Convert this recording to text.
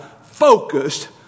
focused